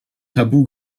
tabu